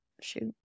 shoot